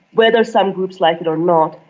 whether some groups like it or not,